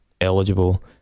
eligible